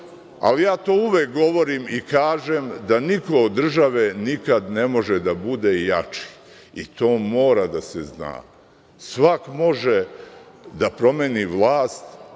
ima. Ja to uvek govorim i kažem da niko od države nikada ne može da bude jači. To mora da se zna. Svako može da promeni vlast